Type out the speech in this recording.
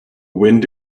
wind